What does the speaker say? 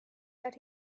that